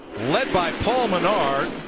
led by paul menard.